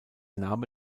name